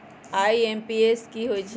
IMPS की होईछइ?